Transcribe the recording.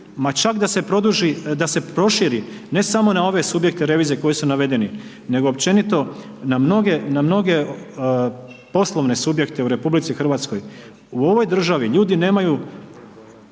da se proširi, ne samo na ove subjekte revizije koji su navedeni, nego općenito na mnoge poslovne subjekte u RH. U ovoj državi, ljudi nemaju